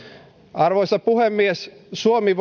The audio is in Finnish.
arvoisa puhemies suomi